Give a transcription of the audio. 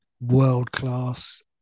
world-class